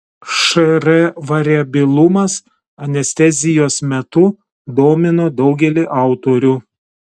šr variabilumas anestezijos metu domino daugelį autorių